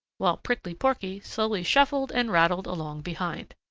while prickly porky slowly shuffled and rattled along behind.